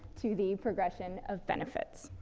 to the progression of benefits.